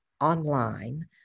online